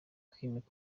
kwimika